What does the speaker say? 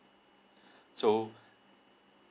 so